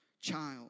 child